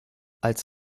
als